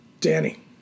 Danny